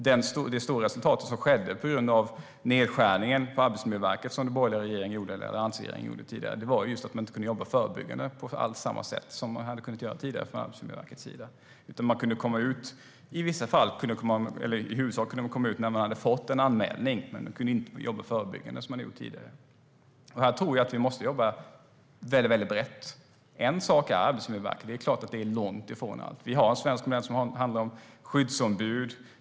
Det stora resultatet av nedskärningen på Arbetsmiljöverket som den borgerliga regeringen gjorde var just att man inte kunde jobba förebyggande på samma sätt som tidigare. Med många färre inspektörer kunde man i huvudsak komma ut när man hade fått en anmälan, men man kunde inte jobba förebyggande som man hade gjort tidigare. Jag tror att vi måste jobba väldigt brett. En sak är Arbetsmiljöverket, men det är klart att det är långt ifrån allt. Vi har en svensk modell som handlar om skyddsombud.